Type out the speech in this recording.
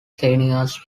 seniors